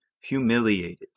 humiliated